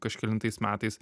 kažkelintais metais